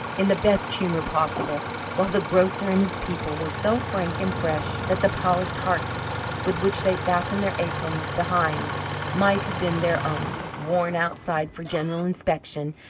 in the best humour possible while the grocer and his people were so frank and fresh that the polished hearts with which they fastened their aprons behind might have been their own, worn outside for general inspection,